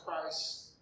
Christ